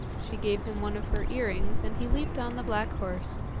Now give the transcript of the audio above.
she gave him one of her earrings, and he leaped on the black horse,